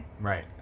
Right